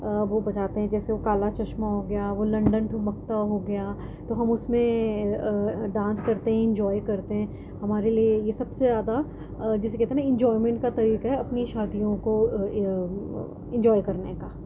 وہ بجاتے ہیں جیسے وہ کالا چشمہ ہو گیا وہ لنڈن ٹھمکتا ہو گیا تو ہم اس میں ڈانس کرتے ہیں انجوائے کرتے ہیں ہمارے لیے یہ سب سے زیادہ جسے کہتے ہیں نا انجوائمنٹ کا طریقہ ہے اپنی شادیوں کو انجوائے کرنے کا